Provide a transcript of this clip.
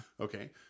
Okay